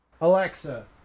Alexa